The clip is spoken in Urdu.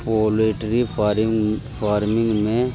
پلیٹری فارن فارمنگ میں